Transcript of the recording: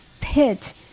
pit